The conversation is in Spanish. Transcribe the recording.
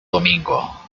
domingo